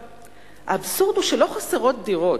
האבסורד הוא שלא חסרות דירות.